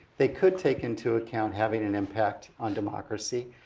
they could take into account having an impact on democracy.